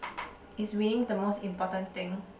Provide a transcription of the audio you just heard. is winning the most important thing